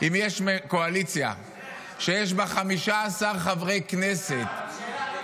אם יש קואליציה שיש בה 15 חברי כנסת --- שאלה רגע.